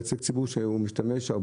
בוודאי שאני גם מייצג ציבור שמשתמש בתחבורה